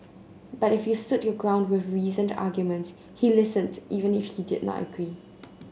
but if you stood your ground with reasoned arguments he listened even if he did not agree